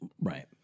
right